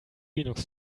linux